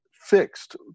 fixed